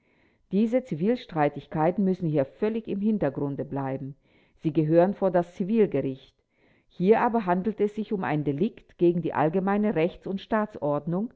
diese zivilstreitigkeiten müssen hier völlig im hintergrunde bleiben sie gehören vor das zivilgericht hier aber handelt es sich um ein delikt gegen die allgemeine rechts und